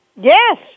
Yes